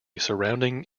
surrounding